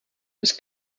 his